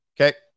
Okay